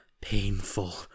painful